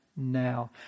Now